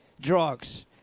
drugs